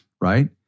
right